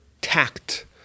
tact